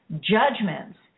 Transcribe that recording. judgments